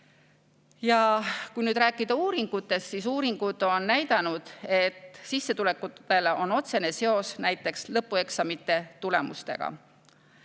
Kui nüüd rääkida uuringutest, siis uuringud on näidanud, et sissetulekutel on otsene seos näiteks lõpueksamite tulemustega.